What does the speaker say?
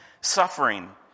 suffering